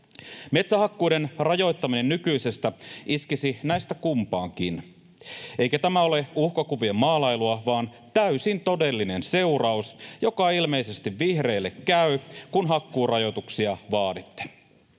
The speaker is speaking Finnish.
Metsähakkuiden rajoittaminen nykyisestä iskisi näistä kumpaankin, eikä tämä ole uhkakuvien maalailua, vaan täysin todellinen seuraus, joka ilmeisesti vihreille käy, kun hakkuurajoituksia vaaditte.